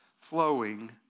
flowing